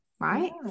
right